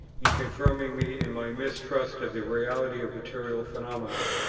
in confirming me in my mistrust of the reality of material phenomena,